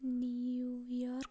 New York